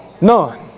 None